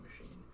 machine